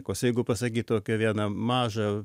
kas jeigu pasakytų apie vieną mažą